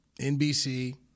NBC